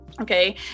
Okay